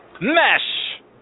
Mesh